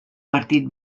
partit